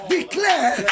Declare